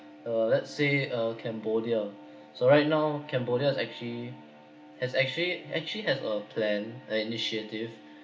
uh let's say uh cambodia so right now cambodia is actually as actually actually has a plan an initiative